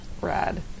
Rad